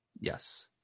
Yes